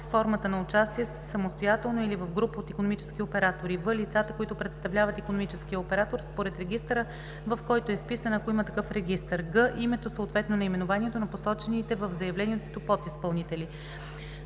формата на участие – самостоятелно или в група от икономически оператори; в) лицата, които представляват икономическия оператор според регистъра, в който е вписан, ако има такъв регистър; г) името, съответно наименованието на посочените в заявлението подизпълнители;